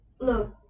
Look